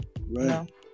Right